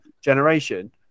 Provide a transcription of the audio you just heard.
generation